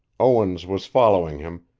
owens was following him,